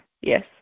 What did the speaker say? Yes